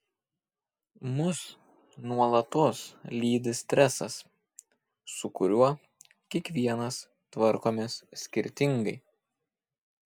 mus nuolatos lydi stresas su kuriuo kiekvienas tvarkomės skirtingai